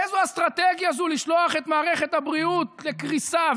איזו אסטרטגיה זו לשלוח את מערכת הבריאות לקריסה?